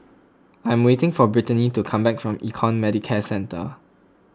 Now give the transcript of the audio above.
I am waiting for Brittanie to come back from Econ Medicare Centre